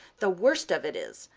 the worst of it is,